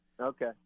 Okay